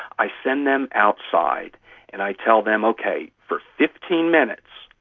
i send them outside and i tell them, okay, for fifteen minutes,